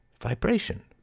vibration